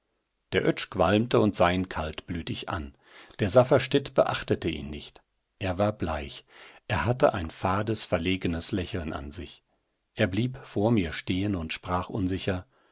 der oetsch qualmte und sah ihn kaltblütig an der safferstatt beachtete ihn nicht er war bleich er hatte ein fades verlegenes lächeln an sich er blieb vor mir stehen und sprach unsicher